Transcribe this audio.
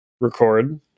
record